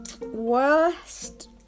Worst